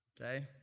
Okay